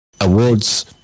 awards